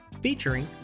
featuring